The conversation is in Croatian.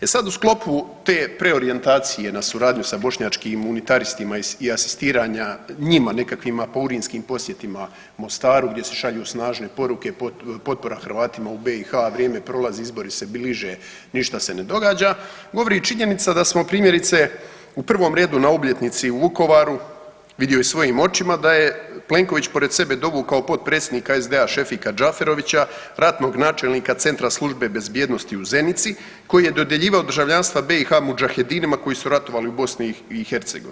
E sad u sklopu te preorijentacije na suradnju sa bošnjačkim unitaristima i asistiranja njima nekakvim apaurinskim posjetima Mostaru gdje se šalju snažne poruke potpora Hrvatima u BiH, a vrijeme prolazi, izbori se bliže, ništa se ne događa, govori činjenica da smo primjerice u prvom redu na obljetnici u Vukovaru, vidio i svojim očima, da je Plenković pored sebe dovukao potpredsjednika SDA Šefika Džaferovića, ratnog načelnika Centra službe bezbjednosti u Zenici koji je dodjeljivao državljanstva BiH mudžahedinima koji su ratovali u BiH.